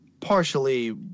partially